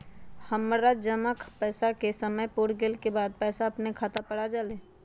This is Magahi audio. हमर जमा पैसा के समय पुर गेल के बाद पैसा अपने खाता पर आ जाले?